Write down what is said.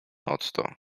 otto